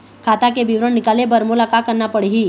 खाता के विवरण निकाले बर मोला का करना पड़ही?